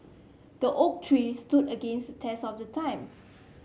the oak tree stood against the test of the time